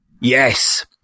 yes